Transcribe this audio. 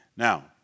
Now